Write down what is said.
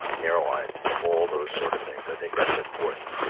airlines, all those sort of things? i think that's important.